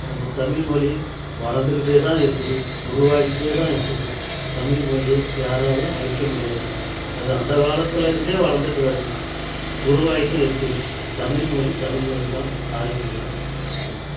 நம்ம தமிழ் மொழி வளர்ந்துக்கிட்டே தான் இருக்குது உருவாகிட்டேதான் இருக்குது தமிழ் மொழியை யாராலும் அழிக்கமுடியாது அது அந்த காலத்துலருந்தே வளர் ந்துட்டு வருது உருவாகிட்டும் இருக்குது தமிழ் மொழி தமிழ் மொழிதான் தாய்மொழி தான் நன்றி